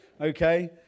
okay